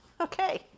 Okay